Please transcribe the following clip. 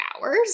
hours